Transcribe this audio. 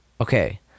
Okay